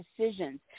decisions